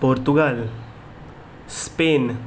Portugal Spain